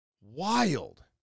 Wild